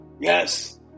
Yes